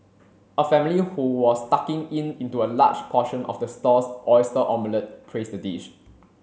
a family who was tucking in into a large portion of the stall's oyster omelette praised the dish